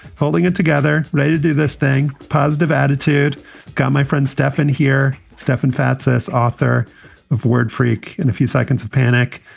holding it together. let's do this thing. positive attitude guy, my friend stefan here stefan fatsis, author of word freak in a few seconds of panic.